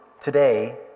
today